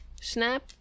snap